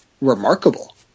remarkable